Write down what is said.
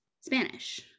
Spanish